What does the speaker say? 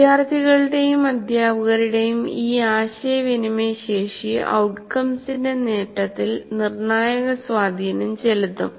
വിദ്യാർത്ഥികളുടെയും അധ്യാപകരുടെയും ഈ ആശയവിനിമയ ശേഷി ഔട്ട്കംസിന്റെ നേട്ടത്തിൽ നിർണായക സ്വാധീനം ചെലുത്തും